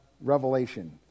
revelation